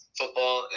Football